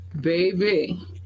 Baby